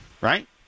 right